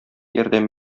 ярдәм